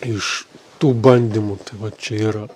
iš tų bandymų tai vat čia yra